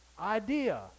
idea